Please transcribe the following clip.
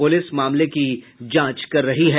police मामले की जांच कर रही है